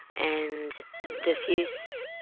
and diffuse,